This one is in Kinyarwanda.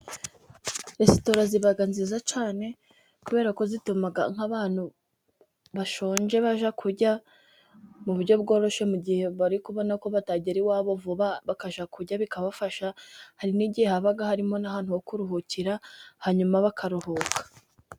Resitora ziba nziza cyane kubera ko zituma nk'abantu bashonje bajya kurya mu buryo bworoshye, mu gihe bari kubona ko batagera iwabo vuba, bakajya kurya bikabafasha. Hari n'igihe haba harimo n'ahantu ho kuruhukira, hanyuma bakaruhuka.